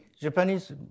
Japanese